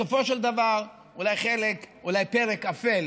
בסופו של דבר, אולי פרק אפל